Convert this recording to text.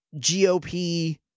GOP